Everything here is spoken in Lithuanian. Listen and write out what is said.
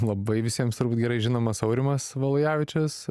labai visiems turbūt gerai žinomas aurimas valujavičius